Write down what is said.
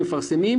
מפרסמים,